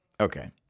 Okay